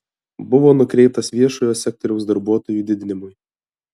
buvo nukreiptas viešojo sektoriaus darbuotojų didinimui